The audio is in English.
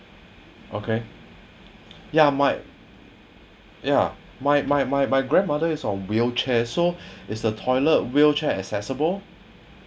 okay ya my ya my my my my grandmother is on wheelchair so is the toilet wheelchair accessible